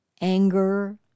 anger